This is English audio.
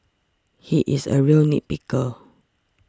he is a real nit picker